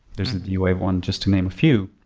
there is the d-wave one, just to name a few.